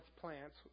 plants